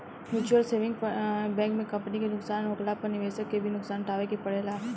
mutual saving bank में company के नुकसान होखला पर निवेशक के भी नुकसान उठावे के पड़ेला